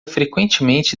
frequentemente